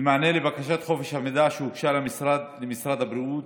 במענה לבקשת חופש המידע שהוגשה למשרד הבריאות,